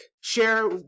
share